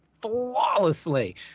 flawlessly